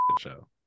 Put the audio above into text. show